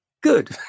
Good